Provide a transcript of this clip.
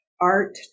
art